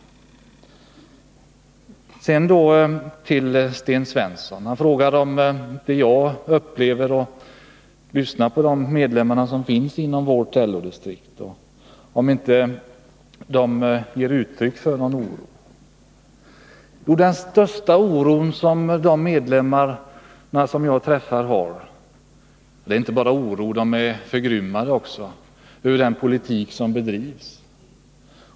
Sedan till Sten Svensson. Han frågade mig om inte medlemmarna inom vårt LO-distrikt ger uttryck för någon oro. De medlemmar jag träffar är inte bara oroliga utan de är också förgrymmade över den politik som bedrivs.